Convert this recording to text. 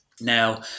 Now